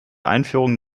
einführung